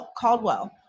Caldwell